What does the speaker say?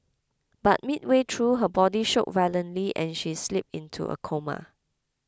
but midway through her body shook violently and she slipped into a coma